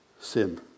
sin